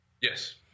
Yes